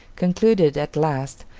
concluded, at last,